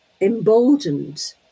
emboldened